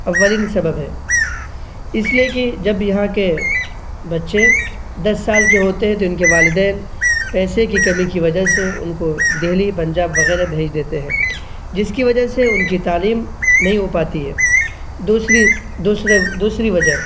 اولین سبب ہے اس لیے کہ جب یہاں کے بچے دس سال کے ہوتے ہیں تو ان کے والدین پیسے کی کمی کی وجہ سے ان کو دہلی پنجاب وغیرہ بھیج دیتے ہیں جس کی وجہ سے ان کی تعلیم نہیں ہو پاتی ہے دوسری دوسرے دوسری وجہ